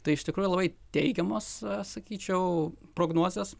tai iš tikrųjų labai teigiamos sakyčiau prognozės